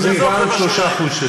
זה יותר מ-3% שסובלים.